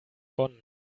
bonn